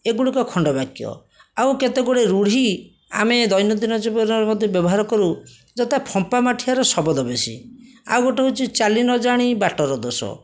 ଏଗୁଡ଼ିକ ଖଣ୍ଡବାକ୍ୟ ଆଉ କେତେଗୁଡ଼ିଏ ରୂଢ଼ି ଆମେ ଦୈନନ୍ଦିନ ଜୀବନରେ ମଧ୍ୟ ବ୍ୟବହାର କରୁ ଯଥା ଫମ୍ପା ମାଠିଆର ଶବଦ ବେଶି ଆଉ ଗୋଟିଏ ହେଉଛି ଚାଲି ନଜାଣି ବାଟର ଦୋଷ